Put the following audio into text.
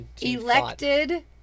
Elected